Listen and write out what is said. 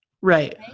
Right